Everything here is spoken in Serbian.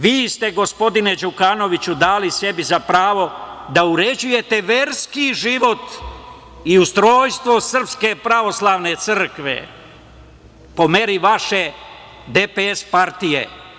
Vi ste, gospodine Đukanoviću, dali sebi za pravo da uređujete verski život i ustrojstvo Srpske pravoslavne crkve po meri vaše DPS partije.